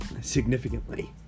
significantly